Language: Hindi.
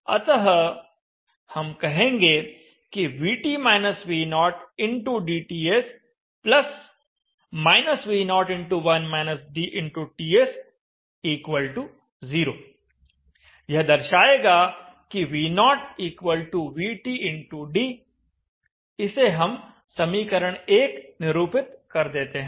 अतः हम कहेंगे कि dTS V0TS 0 यह दर्शाएगा कि V0 VT x d इसे हम समीकरण निरूपित कर देते हैं